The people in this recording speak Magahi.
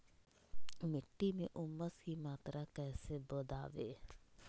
मिट्टी में ऊमस की मात्रा कैसे बदाबे?